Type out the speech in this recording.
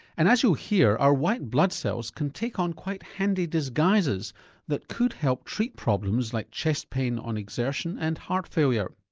and as you'll hear our white blood cells can take on quite handy disguises that could help treat problems like chest pain on exertion and heart failure.